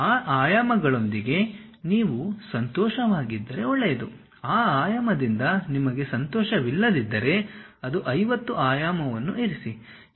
ಆ ಆಯಾಮಗಳೊಂದಿಗೆ ನೀವು ಸಂತೋಷವಾಗಿದ್ದರೆ ಒಳ್ಳೆಯದು ಆ ಆಯಾಮದಿಂದ ನಿಮಗೆ ಸಂತೋಷವಿಲ್ಲದಿದ್ದರೆ ಅದು 50 ಆಯಾಮವನ್ನು ಇರಿಸಿ